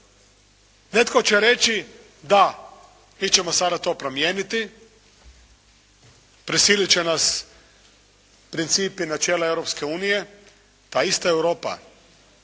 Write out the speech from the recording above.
Netko će reći da, mi ćemo sada to promijeniti, prisilit će nas principi i načela Europske unije. Ta ista Europa